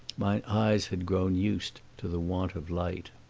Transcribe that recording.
my eyes had grown used to the want of light.